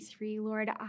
Lord